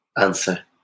answer